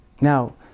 Now